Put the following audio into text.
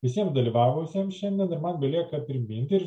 visiem dalyvavusiems šiandien man belieka priminti